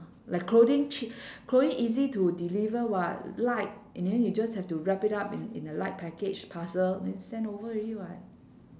like clothing ch~ clothing easy to deliver [what] light and then you just have to wrap it up in in a light package parcel then send over already [what]